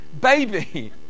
baby